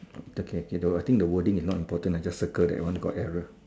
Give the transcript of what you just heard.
okay okay I think the wording is not important just circle that one got error